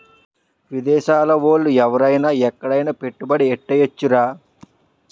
విదేశాల ఓళ్ళు ఎవరైన ఎక్కడైన పెట్టుబడి ఎట్టేయొచ్చురా